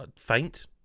faint